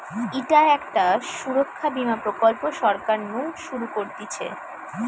ইটা একটা সুরক্ষা বীমা প্রকল্প সরকার নু শুরু করতিছে